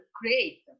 create